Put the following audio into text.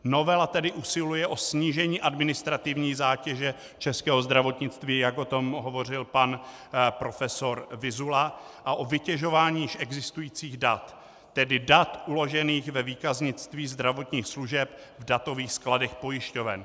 Novela tedy usiluje o snížení administrativní zátěže českého zdravotnictví, jak o tom hovořil pan profesor Vyzula, a o vytěžování již existujících dat, tedy dat uložených ve výkaznictví zdravotních služeb v datových skladech pojišťoven.